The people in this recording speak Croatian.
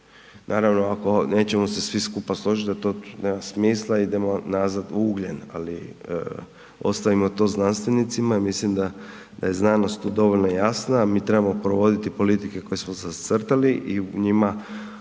Naravno ako nećemo se svi skupa složiti da to nema smisla idemo nazad u ugljen, ali ostavimo to znanstvenicima i mislim da je znanost tu dovoljno jasna. Mi trebamo provoditi politike koje smo zacrtali i u njima osobno